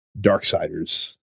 Darksiders